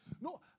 No